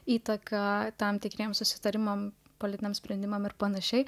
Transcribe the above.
įtaką tam tikriems susitarimams politiniams sprendimams ir pan